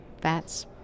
fats